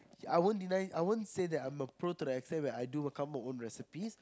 I won't deny I won't say that I'm a pro to the extent where I do come up with my own recipes